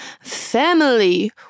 family